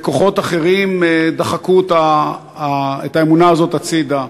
וכוחות אחרים דחקו את האמונה הזאת הצדה.